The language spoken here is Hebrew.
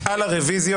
אתם בעד הרביזיות,